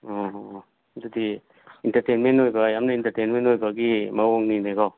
ꯑꯣ ꯑꯣ ꯑꯗꯨꯗꯤ ꯏꯟꯇꯔꯇꯦꯟꯃꯦꯟ ꯑꯣꯏꯕ ꯌꯥꯝꯅ ꯏꯟꯇꯔꯇꯦꯟꯃꯦꯟ ꯑꯣꯏꯕꯒꯤ ꯃꯑꯣꯡꯅꯤꯅꯦꯀꯣ